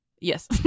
Yes